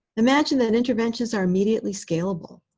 imagine that interventions are immediately scalable,